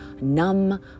numb